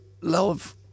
love